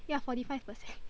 ya forty five percent